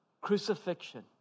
crucifixion